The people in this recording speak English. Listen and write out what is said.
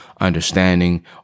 understanding